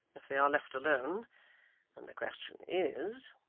if they are left alone and the question is,